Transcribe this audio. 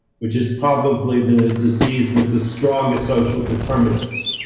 which is probably the disease with the strongest social determinants,